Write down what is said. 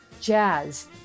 jazz